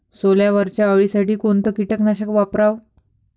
सोल्यावरच्या अळीसाठी कोनतं कीटकनाशक वापराव?